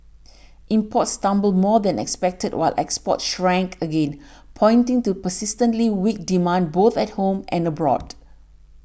imports tumbled more than expected while exports shrank again pointing to persistently weak demand both at home and abroad